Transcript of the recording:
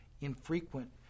infrequent